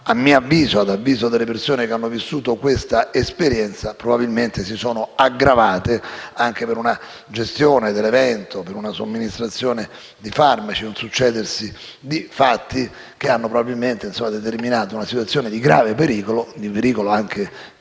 a mio avviso e ad avviso e delle persone che hanno vissuto questa esperienza, probabilmente si sono aggravati anche a causa della gestione dell'evento, per una somministrazione di farmaci e un succedersi di fatti che hanno probabilmente determinato una situazione di grave pericolo, anche di vita,